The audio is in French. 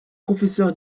professeur